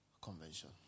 Convention